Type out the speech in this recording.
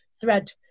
thread